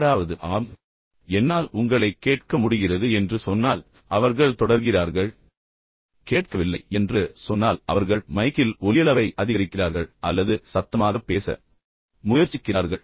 யாராவது ஆம் என்னால் உங்களை கேட்க முடிகிறது என்று சொன்னால் சொன்னால் அவர்கள் தொடர்கிறார்கள் கேட்கவில்லை என்று சொன்னால் அவர்கள் மைக்கில் ஒலியளவை அதிகரிக்கிறார்கள் அல்லது சத்தமாக பேச முயற்சிக்கிறார்கள்